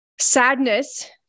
sadness